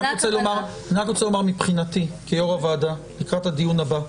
אני רק רוצה לומר מבחינתי כיו"ר הוועדה לקראת הדיון הבא,